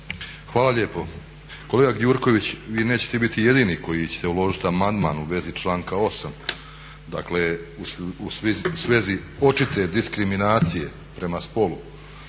Hvala lijepo. Kolega Gjurković, vi nećete biti jedini koji ćete uložiti amandman u vezi članka 8., dakle u svezi očite diskriminacije prema spolu,